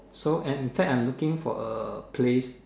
so am in fact I'm looking for a place